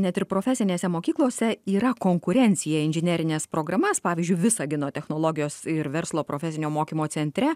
net ir profesinėse mokyklose yra konkurencija inžinerines programas pavyzdžiui visagino technologijos ir verslo profesinio mokymo centre